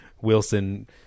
Wilson